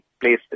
places